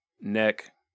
neck